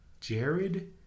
Jared